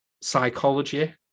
psychology